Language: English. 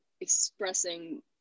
expressing